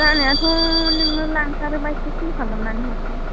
जानायाथ' नोङो लांथारोबा एसे खम खालामनानै हरनिसै